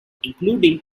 including